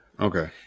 Okay